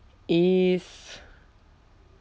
is